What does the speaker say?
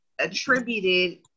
attributed